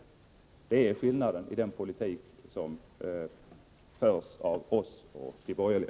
Det är skillnaden mellan den politik som förs av oss och den politik som förs av de borgerliga.